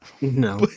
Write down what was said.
No